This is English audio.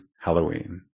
Halloween